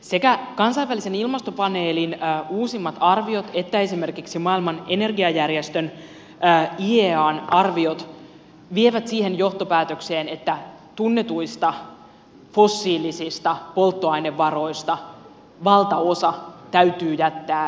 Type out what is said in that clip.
sekä kansainvälisen ilmastopaneelin uusimmat arviot että esimerkiksi maailman energiajärjestön iean arviot vievät siihen johtopäätökseen että tunnetuista fossiilisista polttoainevaroista valtaosa täytyy jättää hyödyntämättä